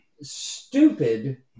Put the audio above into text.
stupid